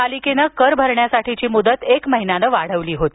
पालिकेनं कर भरण्यासाठीची म्दत एक महिन्यान वाढविली होती